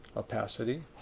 opacity.